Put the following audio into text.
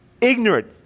ignorant